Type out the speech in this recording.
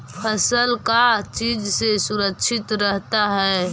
फसल का चीज से सुरक्षित रहता है?